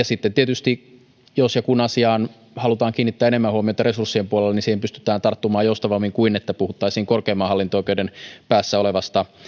sitten tietysti jos ja kun asiaan halutaan kiinnittää enemmän huomiota resurssien puolella siihen pystytään tarttumaan joustavammin kuin jos puhuttaisiin korkeimman hallinto oikeuden päässä olevasta